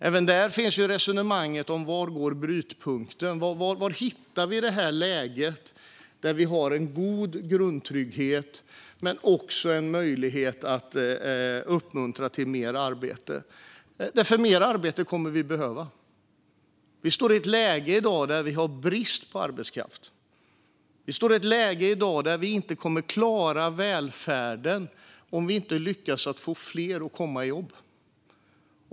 Även där finns resonemanget om var brytpunkten går. Var hittar vi ett läge med en god grundtrygghet och samtidigt en möjlighet att uppmuntra till mer arbete? Mer arbete kommer vi ju att behöva. Vi är i dag i ett läge där vi har brist på arbetskraft. Vi kommer inte att klara välfärden om vi inte lyckas få fler att komma i jobb.